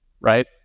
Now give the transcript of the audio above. right